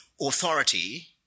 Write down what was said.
authority